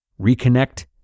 Reconnect